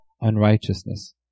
unrighteousness